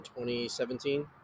2017